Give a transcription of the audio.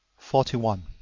forty one.